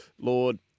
Lord